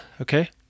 Okay